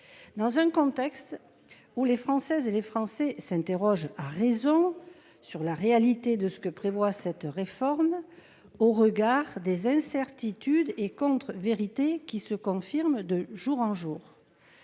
Dans un contexte où les Françaises et les Français s'interrogent à raison sur la réalité de ce que prévoit cette réforme au regard des incertitudes et contre-vérités qui se confirme de jour en jour.